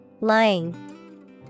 Lying